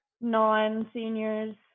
non-seniors